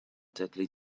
deadly